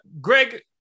Greg